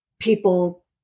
People